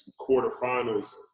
quarterfinals